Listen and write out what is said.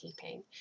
keeping